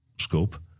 scope